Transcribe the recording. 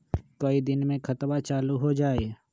कई दिन मे खतबा चालु हो जाई?